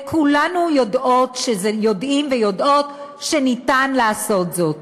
וכולנו יודעים ויודעות שניתן לעשות זאת.